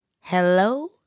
Hello